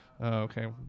okay